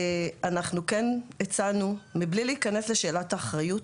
אנחנו כן הצענו מבלי להיכנס לשאלת האחריות,